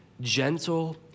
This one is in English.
gentle